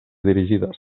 dirigides